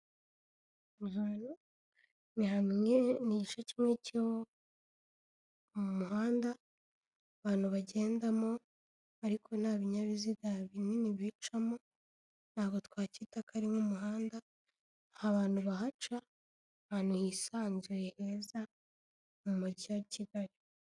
Ahantu ni igice kimwe cyo mu muhanda abantu bagendamo, ariko nta binyabiziga binini bicamo, ntabwo twacyita ko ari nk'umuhanda, abantu bahaca ahantu hisanzuye heza mu mujyi wa Kigali.